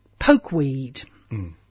pokeweed